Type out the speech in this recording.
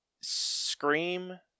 Scream